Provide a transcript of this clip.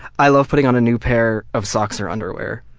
i love putting on a new pair of socks or underwear.